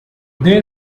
there